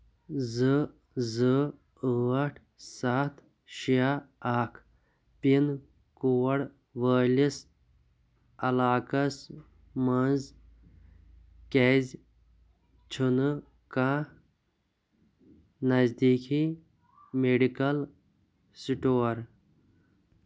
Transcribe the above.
زٕ زٕ ٲٹھ سَتھ شےٚ اکھ پِن کوڈ وٲلِس علاقس منٛز کیٛازِ چھُنہٕ کانٛہہ نزدیٖکی میڈیکل سٕٹور